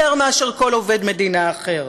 יותר מאשר כל עובד מדינה אחר,